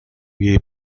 jej